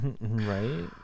Right